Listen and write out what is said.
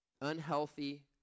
unhealthy